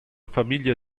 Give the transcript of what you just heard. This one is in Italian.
famiglia